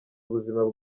ubuzima